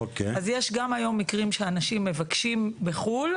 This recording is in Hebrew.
אז יש גם היום מקרים שאנשים מבקשים בחו"ל,